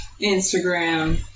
Instagram